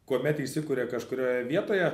kuomet įsikuria kažkurioje vietoje